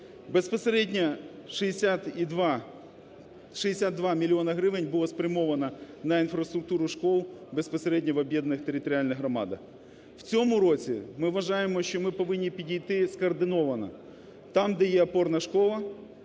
Безпосередньо 62 мільйони гривень було спрямовано на інфраструктуру шкіл безпосередньо в об'єднаних територіальних громадах. В цьому році, ми вважаємо, що ми повинні підійти скоординовано там, де є опорна школа,